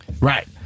Right